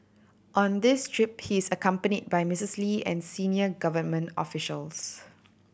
on this trip he is accompanied by Misses Lee and senior government officials